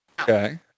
Okay